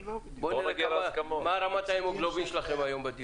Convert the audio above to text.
בואו נראה מה רמת ההמוגלובין שלכם היום.